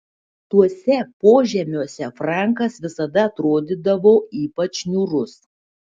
tuose požemiuose frankas visada atrodydavo ypač niūrus